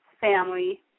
family